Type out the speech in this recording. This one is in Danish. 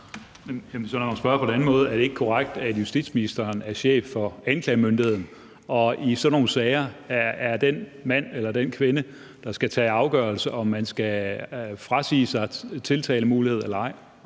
Er det ikke korrekt, at justitsministeren er chef for anklagemyndigheden, som i sådan nogle sager er den instans, der skal træffe en afgørelse om, om man skal frasige sig tiltalemulighed eller ej?